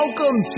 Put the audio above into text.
Welcome